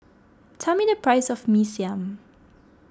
tell me the price of Mee Siam